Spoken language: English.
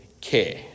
care